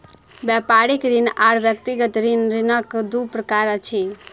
व्यापारिक ऋण आर व्यक्तिगत ऋण, ऋणक दू प्रकार अछि